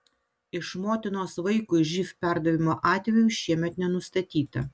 iš motinos vaikui živ perdavimo atvejų šiemet nenustatyta